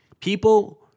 People